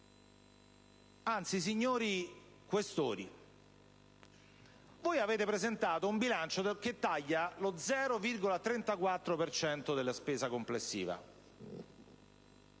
Signori Questori, voi avete presentato un bilancio che taglia lo 0,34 per cento della spesa complessiva.